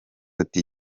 ati